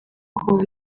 kuwa